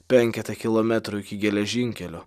penketą kilometrų iki geležinkelio